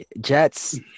Jets